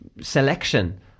selection